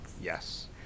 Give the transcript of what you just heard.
Yes